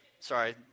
Sorry